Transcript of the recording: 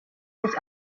sich